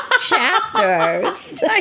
chapters